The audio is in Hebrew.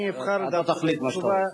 אתה תחליט מה שאתה רוצה.